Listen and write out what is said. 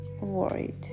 worried